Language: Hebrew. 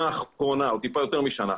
ההליך בשנה האחרונה או טיפה יותר משנה,